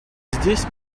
здесь